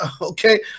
Okay